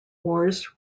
wars